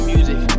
Music